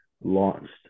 launched